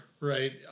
Right